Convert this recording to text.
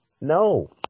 No